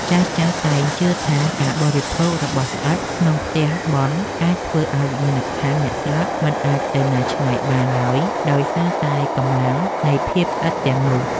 ចាស់ៗតែងជឿថាការបរិភោគរបស់ស្អិតក្នុងផ្ទះបុណ្យអាចធ្វើឱ្យវិញ្ញាណក្ខន្ធអ្នកស្លាប់មិនអាចទៅណាឆ្ងាយបានឡើយដោយសារតែកម្លាំងនៃភាពស្អិតទាំងនោះ។